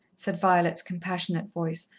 said violet's compassionate voice.